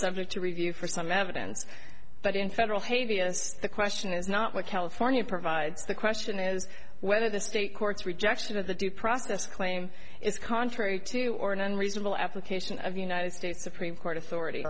subject to review for some evidence but in federal hate vs the question is not what california provides the question is whether the state courts rejection of the due process claim is contrary to or an unreasonable application of united states supreme court authority